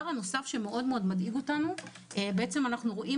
דבר נוסף שמדאיג אותנו מאוד אנחנו רואים